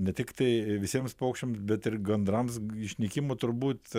ne tiktai visiems paukščiam bet ir gandrams išnykimo turbūt